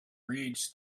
reeds